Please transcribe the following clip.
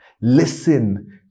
Listen